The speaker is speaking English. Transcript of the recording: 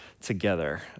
together